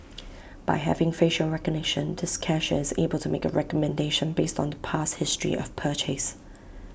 by having facial recognition this cashier is able to make A recommendation based on the past history of purchase